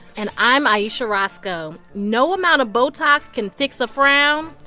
and i'm ayesha rascoe. no amount of botox can fix a frown,